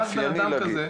אופייני לגיל.